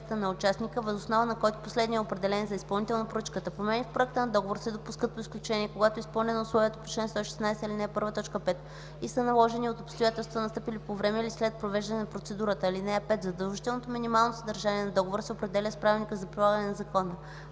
въз основа на които последният е определен за изпълнител на поръчката. Промени в проекта на договор се допускат по изключение, когато е изпълнено условието по чл. 116, ал. 1, т. 5 и са наложени от обстоятелства, настъпили по време или след провеждане на процедурата. (5) Задължителното минимално съдържание на договора се определя с правилника за прилагане на закона.